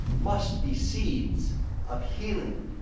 must be seeds of healing,